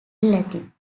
latin